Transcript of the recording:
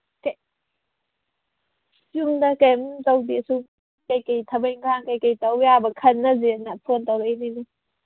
ꯌꯨꯝꯗ ꯀꯩꯝ ꯇꯧꯁꯦ ꯁꯨꯝ ꯀꯩꯀꯩ ꯊꯕꯛ ꯏꯪꯈꯥꯡ ꯀꯩꯀꯩ ꯇꯧ ꯌꯥꯕ ꯈꯟꯅꯁꯦꯅ ꯐꯣꯟ ꯇꯧꯔꯛꯏꯅꯤꯅꯦ